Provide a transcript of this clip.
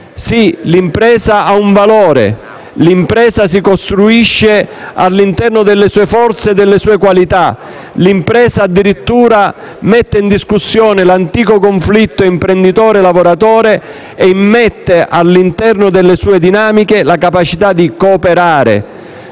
bene in sé. Ha un valore e si costruisce all'interno delle sue forze e delle sue qualità. L'impresa mette addirittura in discussione l'antico conflitto imprenditore‑lavoratore e immette all'interno delle sue dinamiche la capacità di cooperare